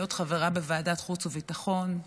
להיות חברה בוועדת חוץ וביטחון,